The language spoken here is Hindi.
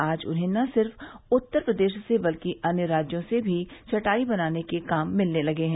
आज उन्हें न सिर्फ उत्तर प्रदेश से बल्कि अन्य राज्यों से भी चटाई बनाने के काम मिलने लगा है